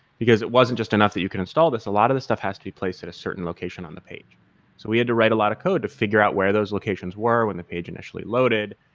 because it wasn't just enough that you can install this. a lot of these stuff has to be placed at a certain location on the page. so we had to write a lot of code to figure out where those locations were when the page initially loaded,